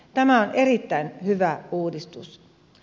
tämä on erittäin hyvä uudistus